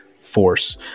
force